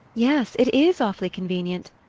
yes it is awfully convenient,